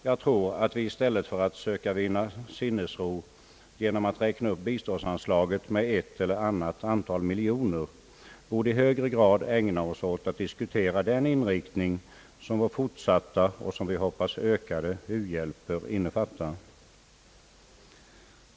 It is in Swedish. Jag tror att vi i stället för att söka vinna sinnesro genom att räkna upp biståndsanslaget med ett eller annat antal miljoner borde i högre grad ägna oss åt att diskutera den inriktning som vår fortsatta och, som vi hoppas, ökade u-hjälp bör innefatta.